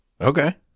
Okay